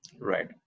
Right